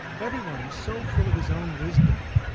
every one is so full of his own wisdom,